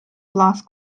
blas